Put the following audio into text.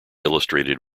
illustrated